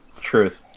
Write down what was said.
Truth